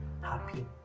happy